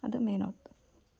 ಅದು ಮೇನಾಗ್ತವೆ